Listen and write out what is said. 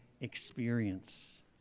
experience